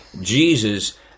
Jesus